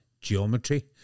geometry